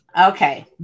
okay